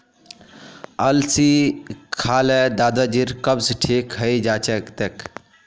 अलसी खा ल दादाजीर कब्ज ठीक हइ जा तेक